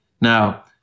Now